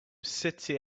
city